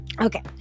Okay